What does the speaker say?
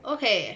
okay